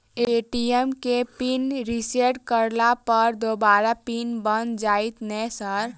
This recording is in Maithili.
ए.टी.एम केँ पिन रिसेट करला पर दोबारा पिन बन जाइत नै सर?